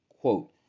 Quote